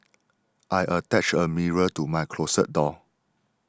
I attached a mirror to my closet door